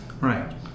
right